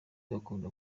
bakunda